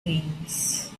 brains